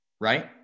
Right